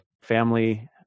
family